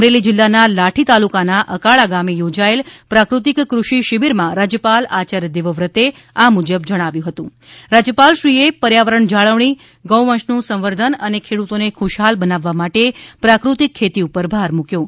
અમરેલી જિલ્લાના લાઠી તાલુકાના અકાળા ગામે યોજાયેલ પ્રાકૃતિક કૃષિ શિબિરમાં રાજયપાલ આચાર્ય દેવવ્રતે આ મુજબ જણાવ્યુ હતું રાજ્યપાલશ્રીએ પર્યાવરણ જાળવણી ગૌવંશનું સંવર્ધન અને ખેડૂતોને ખુશહાલ બનાવવા માટે પ્રાકૃતિક ખેતી પર ભાર મૂક્યો હતો